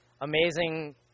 amazing